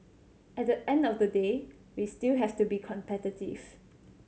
at the end of the day we still have to be competitive